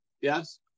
yes